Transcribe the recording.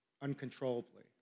uncontrollably